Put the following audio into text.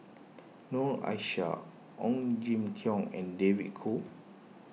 Noor Aishah Ong Jin Teong and David Kwo